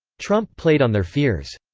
trump played on their fears.